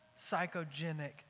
psychogenic